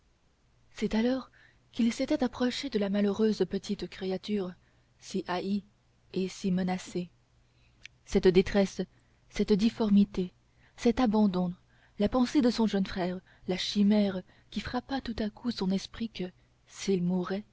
c'est alors qu'il s'était approché de la malheureuse petite créature si haïe et si menacée cette détresse cette difformité cet abandon la pensée de son jeune frère la chimère qui frappa tout à coup son esprit que s'il mourait